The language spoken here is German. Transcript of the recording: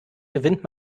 gewinnt